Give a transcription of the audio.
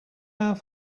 more